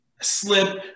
slip